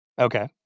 Okay